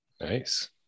Nice